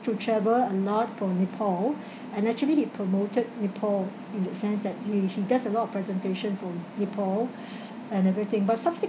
to travel a lot to nepal and actually he promoted nepal in that sense that he he does a lot of presentation for nepal and everything but